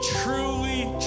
truly